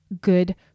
good